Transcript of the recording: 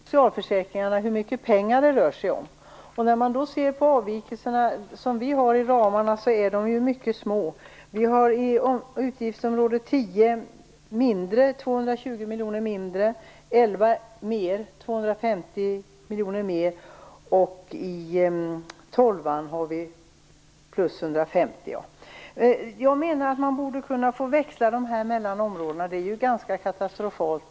Fru talman! När man arbetar med socialförsäkringar slås man av tanken att det rör sig om mycket pengar. Våra avvikelser i ramarna är mycket små. För utgiftsområde 10 har vi 220 miljoner kronor mindre. För utgiftsområde 11 har vi 250 miljoner kronor mera. För utgiftsområde 12 har vi 150 miljoner kronor mera. Man borde kunna få växla mellan områdena. Något annat vore katastrofalt.